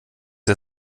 ihr